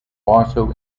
also